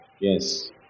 Yes